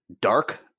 Dark